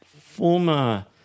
former